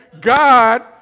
God